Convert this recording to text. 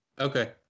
Okay